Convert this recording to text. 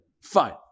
Fine